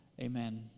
Amen